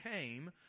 came